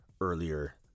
earlier